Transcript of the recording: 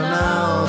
now